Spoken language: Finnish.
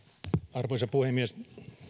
arvoisa puhemies